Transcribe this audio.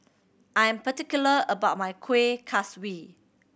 I'm particular about my Kuih Kaswi